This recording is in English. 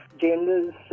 genders